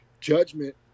judgment